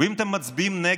ואם אתם מצביעים נגד,